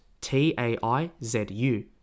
T-A-I-Z-U